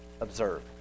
observe